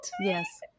Yes